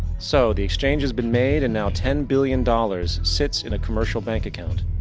so, the exchange has been made. and now, ten billion dollars sits in a commercial bank account.